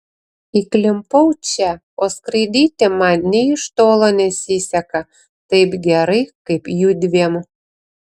įklimpau čia o skraidyti man nė iš tolo nesiseka taip gerai kaip judviem